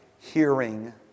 hearing